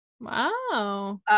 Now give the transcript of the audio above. Wow